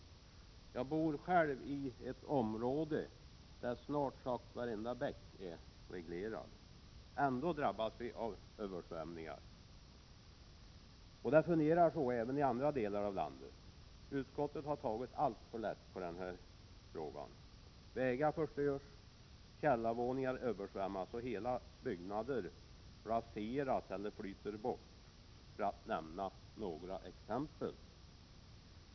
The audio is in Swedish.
Jag bor själv i ett område där snart sagt varenda bäck är reglerad. Ändå drabbas vi av översvämningar. Det fungerar så även i andra delar av landet. Utskottet har tagit alldeles för lätt på den här frågan. Vägar förstörs, källarvåningar översvämmas och hela byggnader raseras eller flyter bort, för att nämna några exempel.